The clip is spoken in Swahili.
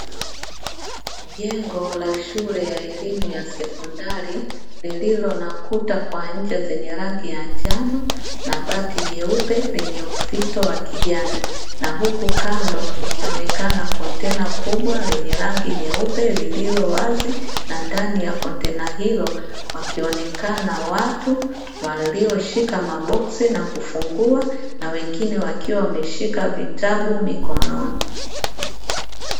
Jengo la shule ya elimu ya sekondari lililo na kuta kwa nje zenye rangi ya njano na bati jeupe lenye ufito wa kijani, na huku kando ukionekana kontena kubwa lenye rangi nyeupe lililo wazi, na ndani ya kontena hilo wakionekana watu walioshika maboksi na kufungua na wengine wakiwa wameshika vitabu mikononi.